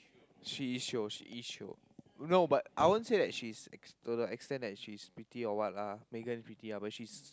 she is chio she is chio no but I won't say that she's ex~ to the extent that she's pretty or what lah Megan pretty ah but she's